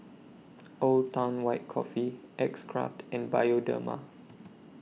Old Town White Coffee X Craft and Bioderma